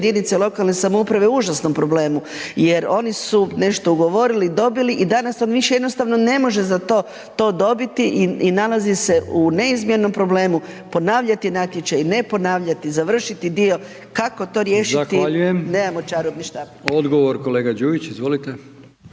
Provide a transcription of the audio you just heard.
Zahvaljujem. Odgovor gospođa Kuhar. Izvolite.